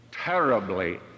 terribly